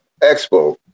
EXPO